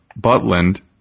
Butland